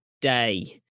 day